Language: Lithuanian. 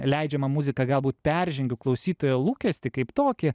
leidžiamą muziką galbūt peržengiu klausytojo lūkestį kaip tokį